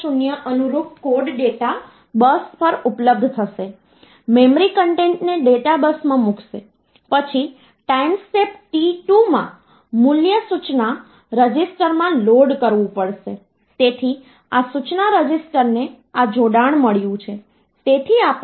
તમને ભાગ તરીકે 2 અને રીમાઇન્ડર તરીકે 1 મળ્યો છે પછી 2 ને 2 વડે ભાગ્યા તો તમારી પાસે ભાગાકાર તરીકે 1 અને રીમાઇન્ડર તરીકે 0 હોય છે અને પછી આ 1 ને 2 વડે ભાગ્યા તો તમારી પાસે ભાગ તરીકે 0 અને 1 રીમાઇન્ડર હોય છે